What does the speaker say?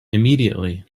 immediately